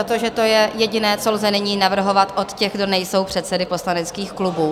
Protože to je jediné, co lze nyní navrhovat od těch, kdo nejsou předsedy poslaneckých klubů.